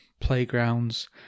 playgrounds